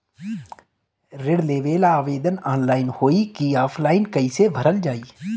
ऋण लेवेला आवेदन ऑनलाइन होई की ऑफलाइन कइसे भरल जाई?